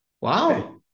Wow